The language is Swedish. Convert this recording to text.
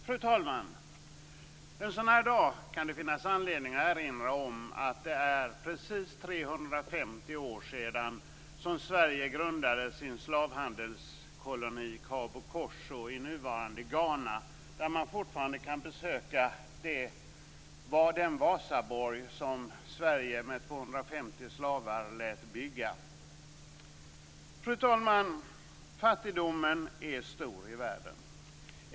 Fru talman! En sådan här dag kan det finnas anledning att erinra om att det är precis 350 år sedan Sverige grundade sin slavhandelskoloni Cabo Corso i nuvarande Ghana. Där kan man fortfarande besöka den borg som Sverige med 250 slavar lät bygga. Fru talman! Fattigdomen är stor i världen.